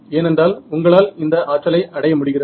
ஏனென்றால் உங்களால் இந்த ஆற்றலை அடைய முடிகிறது